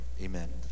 amen